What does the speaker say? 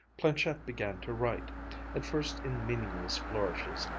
planchette began to write at first in meaningless flourishes,